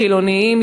חילונים,